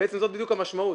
זאת בדיוק המשמעות.